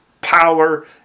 power